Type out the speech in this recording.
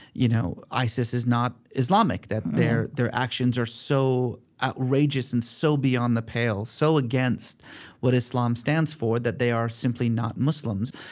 you know, isis is not islamic. that their their actions are so outrageous and so beyond the pale, so against what islam stands for, that they are simply not muslims.